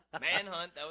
Manhunt